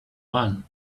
one